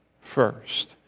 first